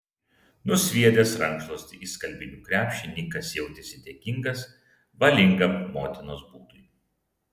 nusviedęs rankšluostį į skalbinių krepšį nikas jautėsi dėkingas valingam motinos būdui